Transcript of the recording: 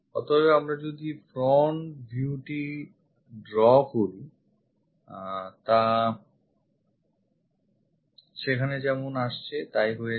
অতএব আমরা যদিfront viewটি draw করি তা সেখানে যেমন আসছে তা ই হয়ে যায়